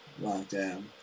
lockdown